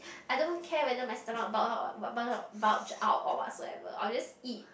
I don't care whether my stomach bulge out bulge out bulge out or whatsoever I will just eat